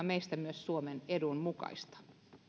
meistä myös suomen edun mukaista